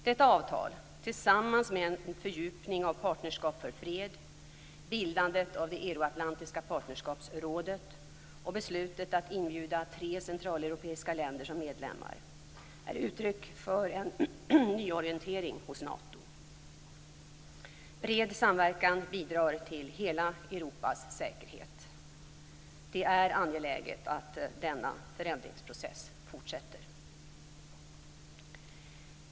Detta avtal, tillsammans med en fördjupning av Partnerskap för fred, bildandet av det Euroatlantiska partnerskapsrådet och beslutet att inbjuda tre centraleuropeiska länder som medlemmar är uttryck för en nyorientering hos Nato. Bred samverkan bidrar till hela Europas säkerhet. Det är angeläget att denna förändringsprocess fortsätter.